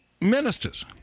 ministers